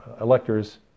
electors